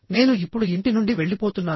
నేను ఇప్పుడు ఇంటి నుండి వెళ్లిపోతున్నాను